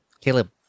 Caleb